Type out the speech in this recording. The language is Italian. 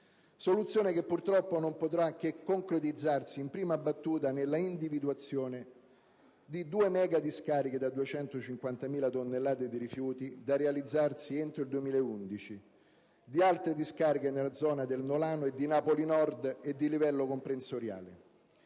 Soluzione che purtroppo non potrà che concretizzarsi in prima battuta nella individuazione di due megadiscariche da 250.000 mila tonnellate di rifiuti, da realizzare entro il 2011 e di altre discariche nella zona del Nolano e di Napoli nord di livello comprensoriale.